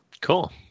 cool